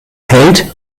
hält